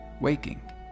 Waking